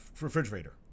refrigerator